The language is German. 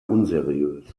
unseriös